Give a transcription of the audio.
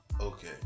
Okay